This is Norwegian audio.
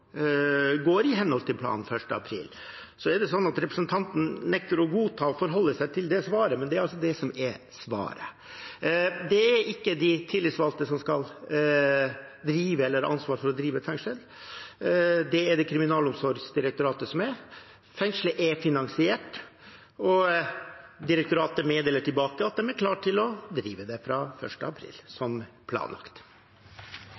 går i henhold til planen, 1. april. Så er det sånn at representanten nekter å godta og å forholde seg til det svaret. Men det er det som er svaret. Det er ikke de tillitsvalgte som skal drive eller ha ansvar for å drive et fengsel. Det er det Kriminalomsorgsdirektoratet som har. Fengselet er finansiert. Direktoratet meddeler tilbake at de er klar til å drive det fra 1. april,